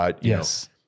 Yes